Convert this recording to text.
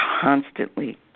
constantly